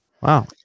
Wow